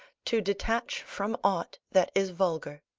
to detach from aught that is vulgar.